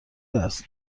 است